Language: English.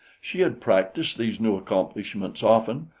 she had practiced these new accomplishments often,